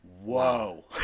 whoa